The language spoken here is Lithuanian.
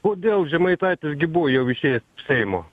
kodėl žemaitaitis gi buvo jau išėjęs iš seimo